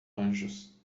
anjos